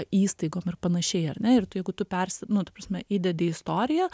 įstaigom ar panašiai ar ne ir tu jeigu tu pers nu ta prasme įdedi istoriją